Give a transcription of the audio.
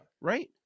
Right